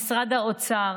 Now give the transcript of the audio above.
למשרד האוצר,